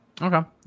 Okay